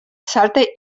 salta